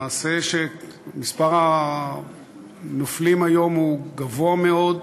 מספר הנופלים היום הוא גבוה מאוד,